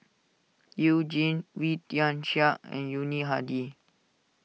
You Jin Wee Tian Siak and Yuni Hadi